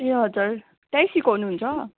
ए हजुर त्यहीँ सिकाउनुहुन्छ